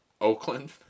Oakland